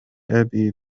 أبي